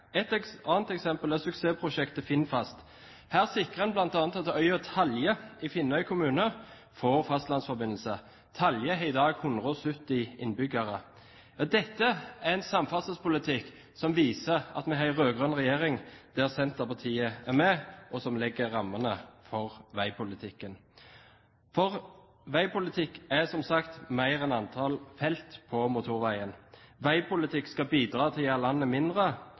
annet eksempel er suksessprosjektet Finnfast. Her sikrer en bl.a. at øya Talgje i Finnøy kommune får fastlandsforbindelse. Talgje har i dag 170 innbyggere. Dette er en samferdselspolitikk som viser at vi har en rød-grønn regjering der Senterpartiet er med og legger rammene for veipolitikken. Veipolitikk er som sagt mer enn antall felt på motorveien. Veipolitikk skal bidra til å gjøre landet mindre,